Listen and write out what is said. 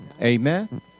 Amen